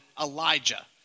Elijah